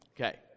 Okay